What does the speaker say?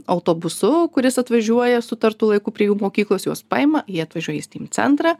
autobusu kuris atvažiuoja sutartu laiku prie jų mokyklos juos paima jie atvažiuoja į steam centrą